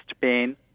pain